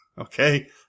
okay